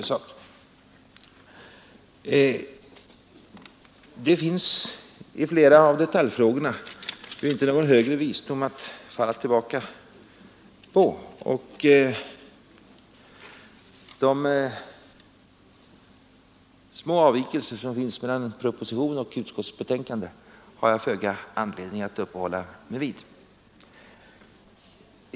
Det finns i flera av detaljfrågorna inte någon högre visdom att falla tillbaka på, och de små avvikelser som föreligger mellan proposition och utskottsbetänkande har jag föga anledning att uppehålla mig vid.